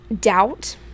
doubt